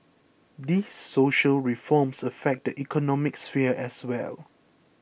these social reforms affect the economic sphere as well